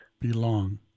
Belong